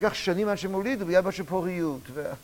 כך שנים מאז שמוליד והיה בה שפוריות.